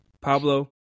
Pablo